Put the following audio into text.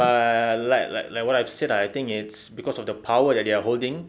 but like like like what I've said ah I think it's cause of the power that they are holding